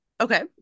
okay